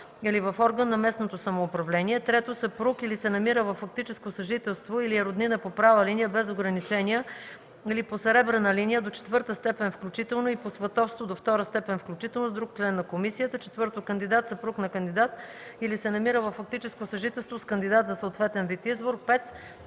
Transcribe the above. или в орган на местното самоуправление; 3. съпруг или се намира във фактическо съжителство, или е роднина по права линия без ограничения или по съребрена линия до четвърта степен включително и по сватовство до втора степен включително с друг член на комисията; 4. кандидат, съпруг на кандидат или се намира във фактическо съжителство с кандидат за съответен вид избор;